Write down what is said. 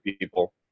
people